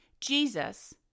Jesus